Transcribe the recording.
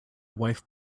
wife